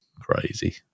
Crazy